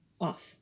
off